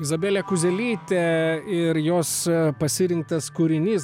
izabelė kuzelytė ir jos pasirinktas kūrinys